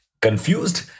Confused